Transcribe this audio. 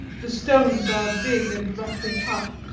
the stones are big and roughly cut,